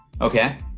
Okay